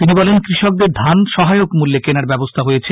তিনি বলেন কৃষকদের ধান সহায়ক মূল্যে কেনার ব্যবস্থা হয়েছে